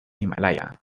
himalaya